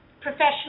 professional